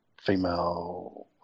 female